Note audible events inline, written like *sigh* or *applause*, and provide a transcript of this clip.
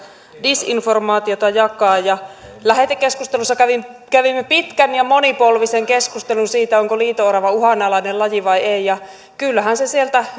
disinformaatiota jakaa lähetekeskustelussa kävimme kävimme pitkän ja monipolvisen keskustelun siitä onko liito orava uhanalainen laji vai ei kyllähän se sieltä *unintelligible*